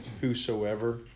whosoever